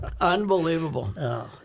Unbelievable